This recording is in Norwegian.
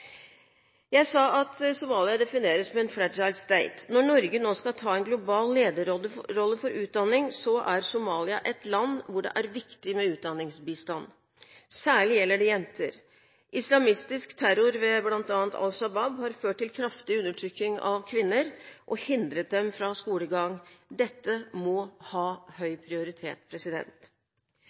Jeg sa at Somalia defineres som en «fragile state». Når Norge nå skal ta en global lederrolle for utdanning, er Somalia et land hvor det er viktig med utdanningsbistand. Særlig gjelder det jenter. Islamistisk terror, ved bl.a. Al Shabaab, har ført til kraftig undertrykking av kvinner og hindret dem i skolegang. Dette må ha høy prioritet.